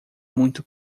muito